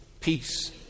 peace